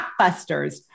blockbusters